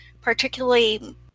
particularly